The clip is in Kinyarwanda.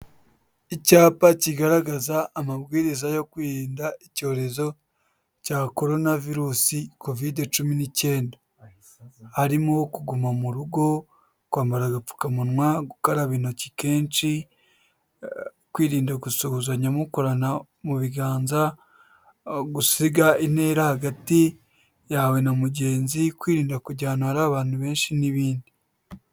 Icyapa kigaragaza amabwiriza yo kwirinda icyorezo cya corona virus covid cumi n'icyenda harimo kuguma mu rugo, kwambara agapfukamunwa, gukaraba intoki kenshi, kwirinda gusuhuzanya mukorana mu biganza, gusiga intera hagati yawe na mugenzi, kwirinda kujya ahantu hari abantu benshi n'ibindi.